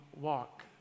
walk